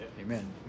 Amen